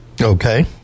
Okay